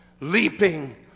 Leaping